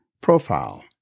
profile